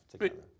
together